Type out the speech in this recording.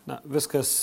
na viskas